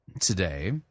today